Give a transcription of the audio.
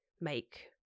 make